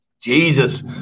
Jesus